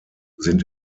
sind